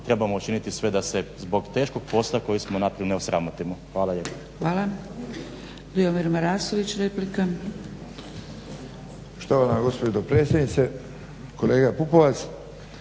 trebamo učiniti sve da se zbog teškog posla koji smo napravili ne osramotimo. Hvala